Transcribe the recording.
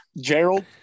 Gerald